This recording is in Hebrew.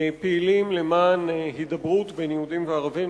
פעילים למען הידברות בין יהודים לערבים,